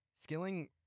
Skilling